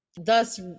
Thus